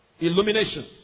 illumination